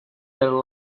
their